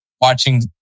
watching